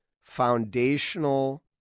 foundational